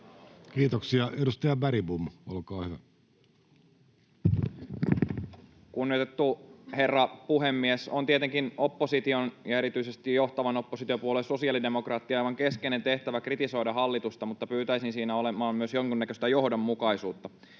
Kiitoksia. — Edustaja Bergbom, olkaa hyvä. Kunnioitettu herra puhemies! Tietenkin opposition ja erityisesti johtavan oppositiopuolueen sosiaalidemokraattien aivan keskeinen tehtävä on kritisoida hallitusta, mutta pyytäisin siinä olemaan myös jonkunnäköistä johdonmukaisuutta.